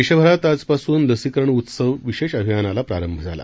देशभरात आजपासून लसीकरण उत्सव विशेष अभियानाला प्रारंभ झाला